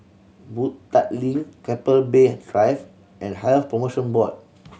Boon Tat Link Keppel Bay and Drive and Health Promotion Board